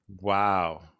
Wow